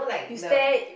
you stared it